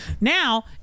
Now